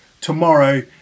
tomorrow